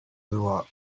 była